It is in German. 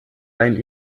einen